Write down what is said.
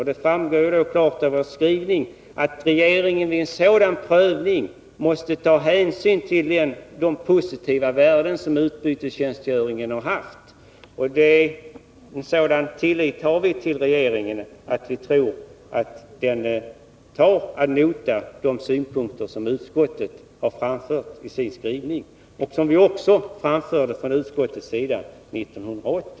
Det framgår klart av utskottets skrivning att regeringen vid en sådan prövning måste ta hänsyn till det positiva värde som utbytestjänstgöringen har haft. Vi har en sådan tillit till regeringen att vi tror att regeringen tar ad notam de synpunkter som utskottet har framfört i sin skrivning och som vi också framförde från utskottets sida 1980.